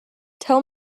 tell